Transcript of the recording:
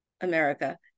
America